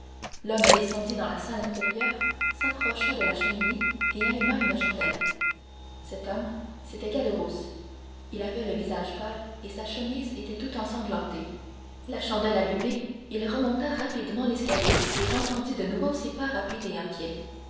l'homme descendit dans la salle inférieure s'approcha de la cheminée et alluma une chandelle cet homme c'était caderousse il avait le visage pâle et sa chemise était tout ensanglantée la chandelle allumée il remonta rapidement l'escalier et j'entendis de nouveau ses pas rapides et inquiets